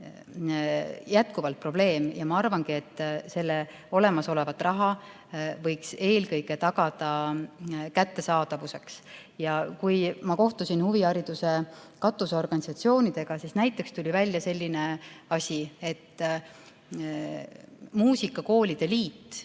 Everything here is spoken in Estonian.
jätkuvalt probleem ja ma arvangi, et seda olemasolevat raha võiks eelkõige kasutada kättesaadavuse huvides. Kui ma kohtusin huvihariduse katusorganisatsioonidega, siis tuli välja selline asi, et muusikakoolide liit